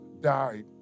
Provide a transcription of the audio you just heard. died